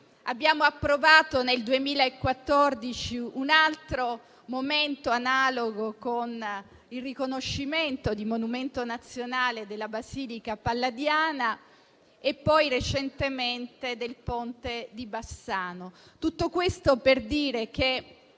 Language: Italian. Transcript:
abbiamo avuto nel 2014 un altro momento analogo, con il riconoscimento di monumento nazionale della Basilica Palladiana e poi, recentemente, del Ponte di Bassano. Tutto questo per dire che